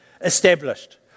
established